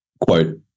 Quote